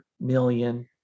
million